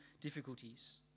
difficulties